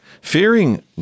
Fearing